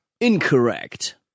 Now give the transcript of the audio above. Incorrect